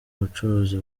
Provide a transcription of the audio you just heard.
bucuruzi